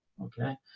Okay